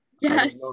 Yes